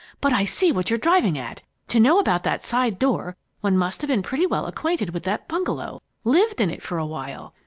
but i see what you're driving at. to know about that side door, one must have been pretty well acquainted with that bungalow lived in it for a while!